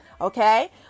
Okay